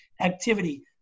activity